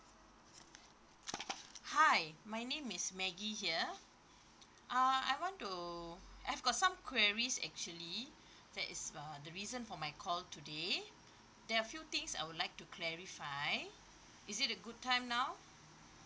hi my name is maggie here uh I want to I've got some queries actually that is uh the reason for my call today there are a few things I would like to clarify is it a good time now